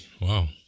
wow